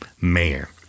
mayor